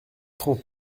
trente